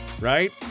right